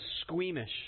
squeamish